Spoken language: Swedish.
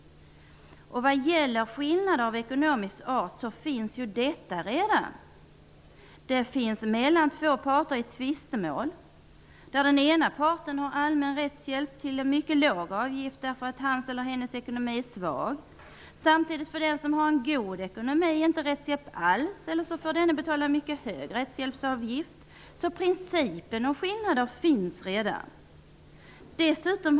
Skillnader av ekonomisk art finns redan. De finns mellan två parter i tvistemål. Den ena parten kan ha allmän rättshjälp till en mycket låg avgift därför att hans eller hennes ekonomi är svag. Samtidigt får den som har god ekonomi inte rättshjälp, eller så får denna betala en mycket hög rättshjälpsavgift. Principen med skillnader finns redan.